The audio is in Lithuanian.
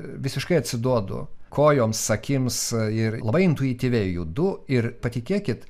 visiškai atsiduodu kojoms akims ir labai intuityviai judu ir patikėkit